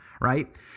right